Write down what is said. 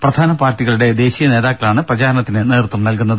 പ്രധാന പാർട്ടികളുടെ ദേശീയ നേതാക്കളാണ് പ്രചാരണത്തിന് നേതൃത്വം നൽകുന്നത്